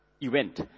event